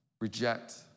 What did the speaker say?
Reject